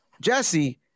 Jesse